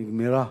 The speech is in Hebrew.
נגמרה.